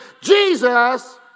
Jesus